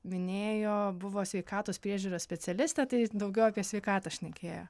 minėjo buvo sveikatos priežiūros specialistė tai daugiau apie sveikatą šnekėjo